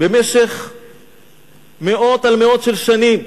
במשך מאות על מאות של שנים,